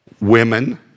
Women